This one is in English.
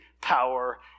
power